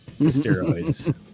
steroids